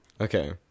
Okay